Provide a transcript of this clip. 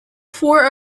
for